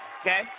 Okay